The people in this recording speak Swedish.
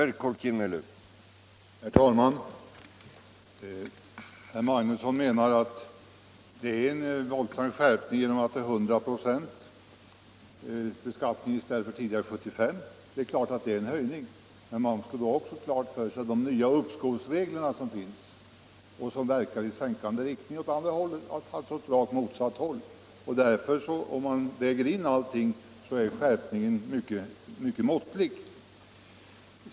Herr talman! Herr Magnusson i Borås menar att det är en våldsam skärpning att höja beskattningen från tidigare 75 96 till 100 96. Visst är det en höjning, men man skall ta hänsyn till de nya uppskovsregler som föreslås och som verkar i sänkande riktning, alltså åt klart motsatt håll. Om man väger in alla faktorer är skärpningen mycket måttlig.